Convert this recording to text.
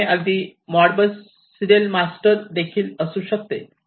आणि हे अगदी मोडबस सिरियल मास्टरसारखे असू शकते